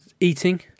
eating